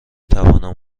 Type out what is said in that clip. توانم